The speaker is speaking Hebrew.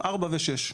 4 ו-6.